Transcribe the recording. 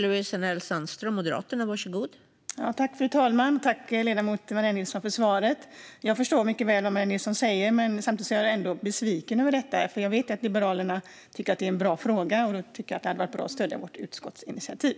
Fru talman! Tack, ledamot Maria Nilsson, för svaret! Jag förstår mycket väl vad Maria Nilsson säger. Samtidigt är jag ändå besviken över detta. Jag vet ju att Liberalerna tycker att det är en viktig fråga och tycker därför att det hade varit bra om ni hade stött vårt utskottsinitiativ.